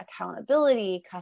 accountability